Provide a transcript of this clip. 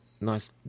nice